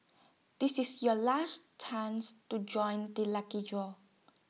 this is your last chance to join the lucky draw